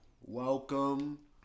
Welcome